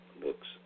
books